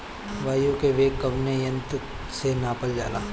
वायु क वेग कवने यंत्र से नापल जाला?